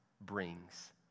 brings